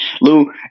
Lou